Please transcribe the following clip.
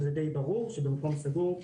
זה די ברור שבמקום סגור,